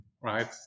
right